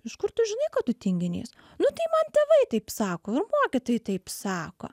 iš kur tu žinai kad tu tinginys nu tai man tėvai taip sako ir mokytojai taip sako